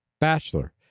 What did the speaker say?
Bachelor